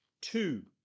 two